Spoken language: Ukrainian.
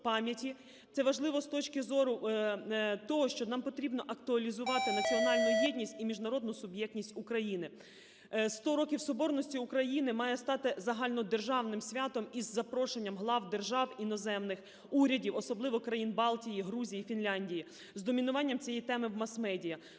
це важливо з точки того, що нам потрібно актуалізувати національну єдність і міжнародну суб'єктність України. 100 років Соборності України має стати загальнодержавним святом із запрошенням глав держав, іноземних урядів, особливо Країн Балтії, Грузії, Фінляндії, з домінуванням цієї теми в мас-медіа.